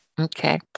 Okay